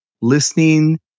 listening